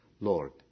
Lord